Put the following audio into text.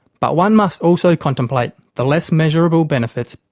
but, one must also contemplate the less measurable benefits